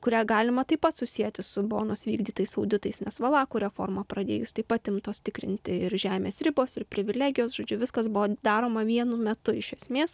kurią galima taip pat susieti su bonos vykdytais auditais nes valakų reformą pradėjus taip pat imtos tikrinti ir žemės ribos ir privilegijos žodžiu viskas buvo daroma vienu metu iš esmės